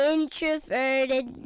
Introverted